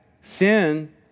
sin